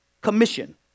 commission